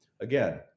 Again